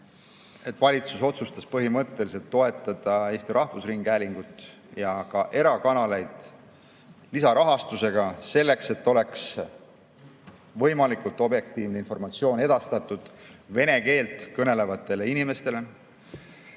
valitsus otsustas põhimõtteliselt toetada Eesti Rahvusringhäälingut ja ka erakanaleid lisarahaga selleks, et edastataks võimalikult objektiivset informatsiooni vene keelt kõnelevatele inimestele.